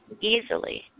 easily